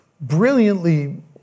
brilliantly